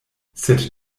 sed